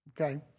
okay